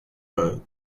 heard